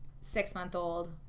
Six-month-old